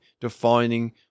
defining